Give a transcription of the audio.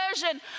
version